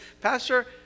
Pastor